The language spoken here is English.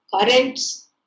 currents